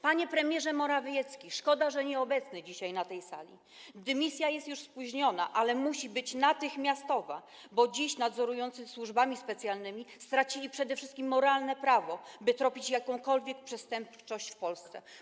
Panie premierze Morawiecki, szkoda, że nieobecny dzisiaj na tej sali, dymisja jest już spóźniona, ale musi być natychmiastowa, bo dziś nadzorujący służby specjalne stracili przede wszystkim moralne prawo, by tropić jakąkolwiek przestępczość w Polsce.